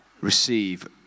receive